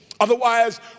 Otherwise